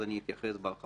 כי אז אני אתייחס בהרחבה.